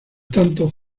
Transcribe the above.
tanto